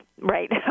Right